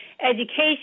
education